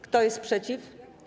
Kto jest przeciw?